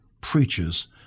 preachers